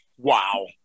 Wow